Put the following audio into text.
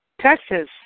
Texas